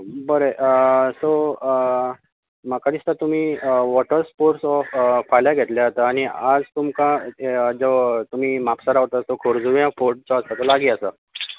बरें सो म्हाका दिसता तुमी वोटर स्पोर्टस हो फाल्यां घेतल्यार जाता आनी आज तुमका जो तुमी म्हापसा रावता तो खोर्जुव्यां फोर्ट जो आसा तो लागी आसा